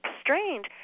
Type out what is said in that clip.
strange